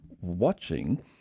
watching